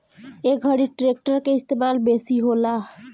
ए घरी ट्रेक्टर के इस्तेमाल बेसी होला